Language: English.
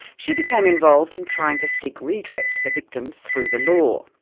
she became involved in trying to seek redress for victims through the law.